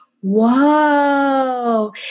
Whoa